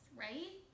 right